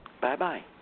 Bye-bye